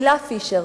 הילה פישר.